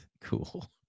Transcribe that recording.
Cool